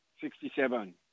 Sixty-seven